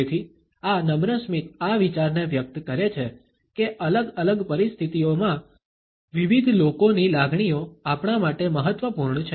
તેથી આ નમ્ર સ્મિત આ વિચારને વ્યક્ત કરે છે કે અલગ અલગ પરિસ્થિતિઓમાં વિવિધ લોકોની લાગણીઓ આપણા માટે મહત્વપૂર્ણ છે